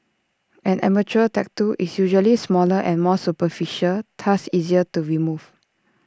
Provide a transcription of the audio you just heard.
an amateur tattoo is usually smaller and more superficial thus easier to remove